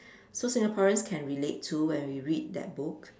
so Singaporeans can relate to when we read that book